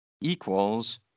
equals